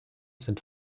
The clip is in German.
sind